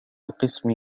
القسم